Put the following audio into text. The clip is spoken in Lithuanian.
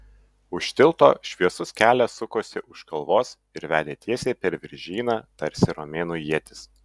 už tilto šviesus kelias sukosi už kalvos ir vedė tiesiai per viržyną tarsi romėnų ietis